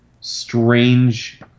strange